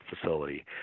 facility